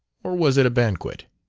or was it a banquet?